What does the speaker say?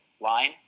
line